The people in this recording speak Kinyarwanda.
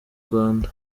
rwanda